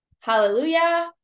hallelujah